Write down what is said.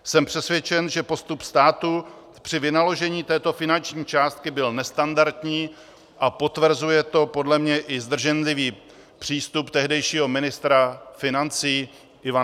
Jsem přesvědčen, že postup státu při vynaložení této finanční částky byl nestandardní, a potvrzuje to podle mě i zdrženlivý přístup tehdejšího ministra financí Ivana Pilného.